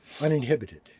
uninhibited